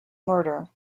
murder